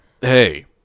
Hey